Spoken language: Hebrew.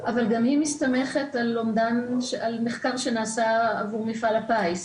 אבל גם היא מסתמכת על מחקר שנעשה עבור מפעל הפיס.